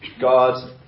God